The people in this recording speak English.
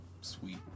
sweet